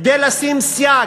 כדי לשים סייג,